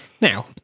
Now